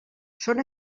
són